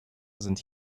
sind